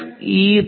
F E